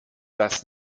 das